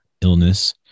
illness